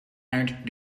uit